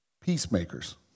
peacemakers